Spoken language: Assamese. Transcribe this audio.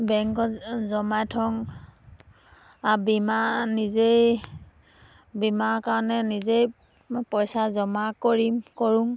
বেংকত জমাই থওঁ আৰু বীমা নিজেই বীমাৰ কাৰণে নিজেই পইচা জমা কৰিম কৰোঁ